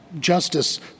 Justice